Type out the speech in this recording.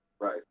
Right